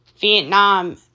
Vietnam